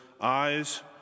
eyes